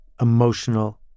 emotional